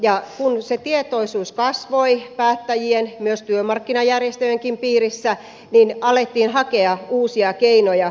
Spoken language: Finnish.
ja kun se tietoisuus kasvoi päättäjien myös työmarkkinajärjestöjen piirissä niin alettiin hakea uusia keinoja